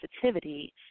sensitivity